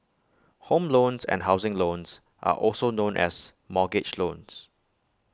home loans and housing loans are also known as mortgage loans